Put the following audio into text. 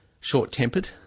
short-tempered